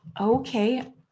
okay